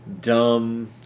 dumb